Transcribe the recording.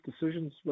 decisions